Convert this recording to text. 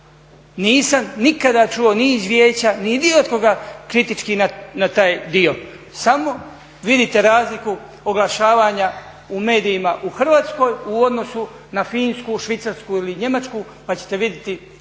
Nisam nikada čuo ni iz vijeća ni ni od koga kritički na taj dio, samo vidite razliku oglašavanja u medijima u Hrvatskoj u odnosu na Finsku, Švicarsku ili Njemačku pa ćete vidjeti